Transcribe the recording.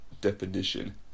definition